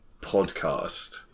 podcast